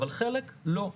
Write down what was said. אבל חלק לא.